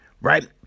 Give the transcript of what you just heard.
right